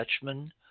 dutchman